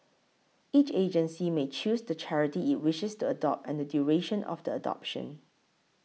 each agency may choose the charity it wishes to adopt and the duration of the adoption